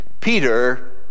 peter